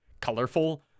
colorful